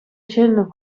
cenno